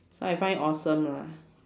so I find it awesome lah